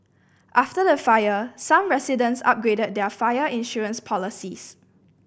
after the fire some residents upgraded their fire insurance policies